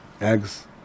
eggs